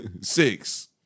Six